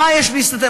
ממה יש להסתתר?